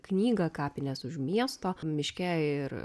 knygą kapinės už miesto miške ir